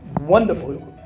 wonderful